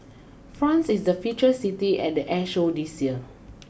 France is the feature city at the air show this year